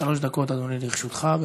שלוש דקות, אדוני, לרשותך.